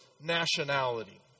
nationality